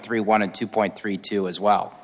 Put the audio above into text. three one of two point three two as well